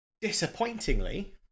disappointingly